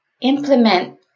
implement